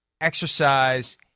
exercise